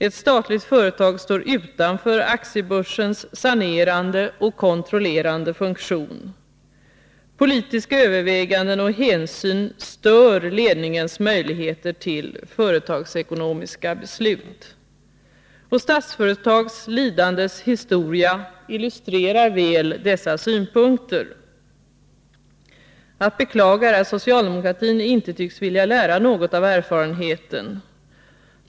Ett statligt företag står utanför aktiebörsens sanerande och kontrollerande funktion. Politiska i överväganden och hänsyn stör ledningens möjligheter till företagsekonomiska beslut. Statsföretags lidandes historia illustrerar väl dessa synpunkter. Att beklaga är att socialdemokratin inte tycks vilja lära något av erfarenheten.